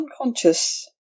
unconscious